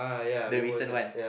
the recent one